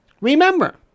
Remember